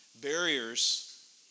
Barriers